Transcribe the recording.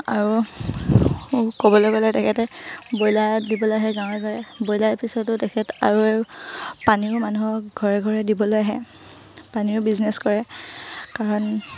আৰু ক'বলৈ গ'লে তেখেতে ব্ৰয়লাৰ দিবলৈ আহে গাঁৱে গাঁৱে ব্ৰইলাৰে পিছতো তেখেত আৰু পানীও মানুহক ঘৰে ঘৰে দিবলৈ আহে পানীও বিজনেছ কৰে কাৰণ